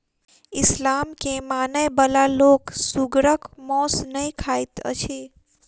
इस्लाम के मानय बला लोक सुगरक मौस नै खाइत अछि